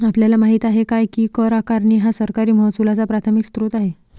आपल्याला माहित आहे काय की कर आकारणी हा सरकारी महसुलाचा प्राथमिक स्त्रोत आहे